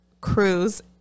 cruise